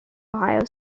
ohio